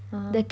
(uh huh)